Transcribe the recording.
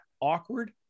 awkward